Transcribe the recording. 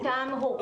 מטעם ההורים.